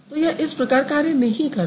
तो यह इस प्र्कार कार्य नहीं करते